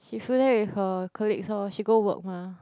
she flew there with her colleagues loh she go work mah